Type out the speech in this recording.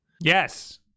Yes